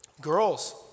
girls